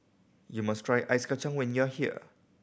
you must try Ice Kachang when you are here